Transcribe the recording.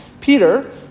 Peter